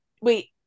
wait